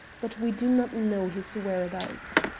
but we do not know his whereabouts.